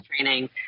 training